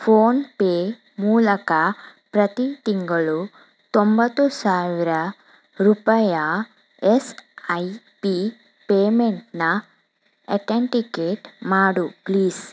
PhonePe ಮೂಲಕ ಪ್ರತಿ ತಿಂಗಳು ತೊಂಬತ್ತು ಸಾವಿರ ರೂಪಾಯಿಯ ಎಸ್ ಐ ಪಿ ಪೇಮೆಂಟ್ನ ಅಥೆಂಟಿಕೇಟ್ ಮಾಡು ಪ್ಲೀಸ್